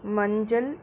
மஞ்சள்